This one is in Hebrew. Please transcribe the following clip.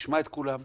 נשמע את כולם.